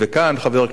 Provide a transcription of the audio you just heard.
חבר הכנסת מולה,